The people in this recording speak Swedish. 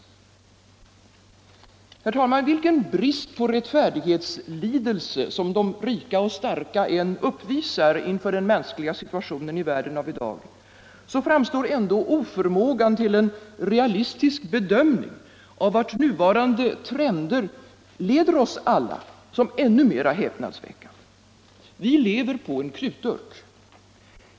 Herr talman! Vilken brist på rättfärdighetslidelse som de rika och starka än uppvisar inför den mänskliga situationen i världen av i dag, framstår ändå oförmågan till en realistisk bedömning av vart nuvarande trender leder oss alla som ännu mera häpnadsväckande. Vi lever på en krutdurk.